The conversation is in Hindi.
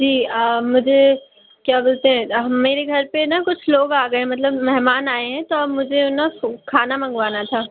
जी मुझे क्या बोलते हैं हम मेरे घर पर ना कुछ लोग आ गए मतलब मेहमान आए हैं तो अब मुझे ना तो खाना मंगवाना था